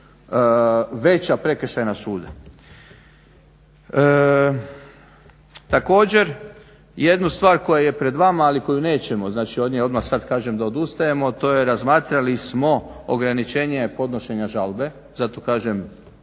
veća prekršajna suda. Također, jednu stvar koja je pred vama ali koju nećemo znači od nje odmah sad kažem da odustajemo, to je razmatrali smo ograničenje podnošenja žalbe. Zato kažem